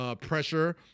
pressure